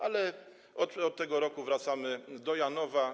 Ale od tego roku wracamy do Janowa.